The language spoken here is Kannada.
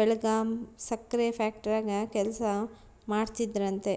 ಬೆಳಗಾಂ ಸಕ್ರೆ ಫ್ಯಾಕ್ಟರಾಗ ಕೆಲಸ ಮಾಡ್ತಿದ್ನಂತೆ